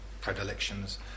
predilections